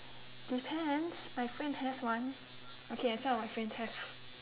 depends my friend has one okay and some of my friends have